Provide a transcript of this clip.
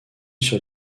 sur